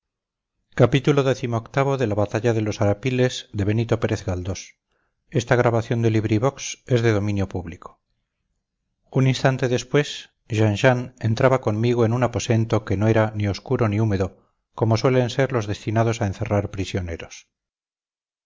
la llave de la torre un instante después jean jean entraba conmigo en un aposento que no era ni oscuro ni húmedo como suelen ser los destinados a encerrar prisioneros